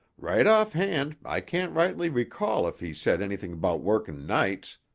right offhand, i can't rightly recall if he said anything about working nights,